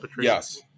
yes